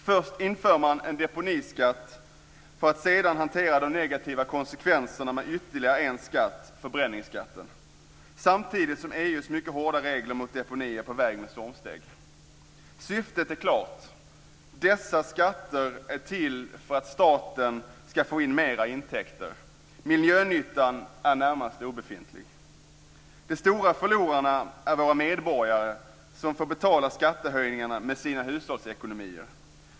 Först inför man en deponiskatt, för att sedan hantera de negativa konsekvenserna med ytterligare en skatt, nämligen förbränningsskatten. Samtidigt är EU:s mycket hårda regler mot deponi på väg med stormsteg. Syftet är klart. Dessa skatter är till för att staten ska få in mer intäkter. Miljönyttan är i det närmaste obefintlig. De stora förlorarna är våra medborgare som får betala skattehöjningarna med hjälp av sina hushållsekonomier.